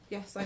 Yes